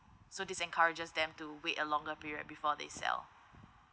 so this encourages them to wait a longer period before they sell